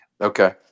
Okay